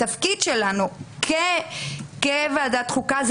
אני חושבת שהתפקיד שלנו כוועדת החוקה,